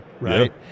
right